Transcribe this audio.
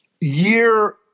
year